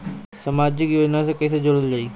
समाजिक योजना से कैसे जुड़ल जाइ?